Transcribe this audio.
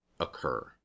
occur